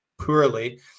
poorly